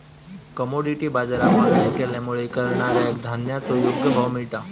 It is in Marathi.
कमोडीटी बाजराक ऑनलाईन केल्यामुळे करणाऱ्याक धान्याचो योग्य भाव मिळता